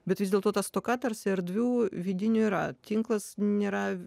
bet vis dėlto ta stoka tarsi erdvių vidinių yra tinklas nėra